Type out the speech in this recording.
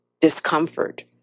discomfort